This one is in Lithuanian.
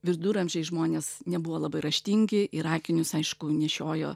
viduramžiais žmonės nebuvo labai raštingi ir akinius aišku nešiojo